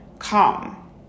Calm